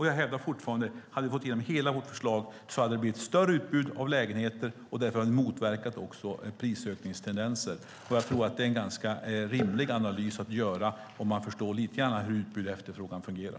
Jag hävdar fortfarande att om vi hade fått igenom hela vårt förslag hade det blivit ett större utbud av lägenheter, och det hade också motverkat prisökningstendenser. Jag tror att det är en ganska rimlig analys att göra om man förstår lite grann om hur utbud och efterfrågan fungerar.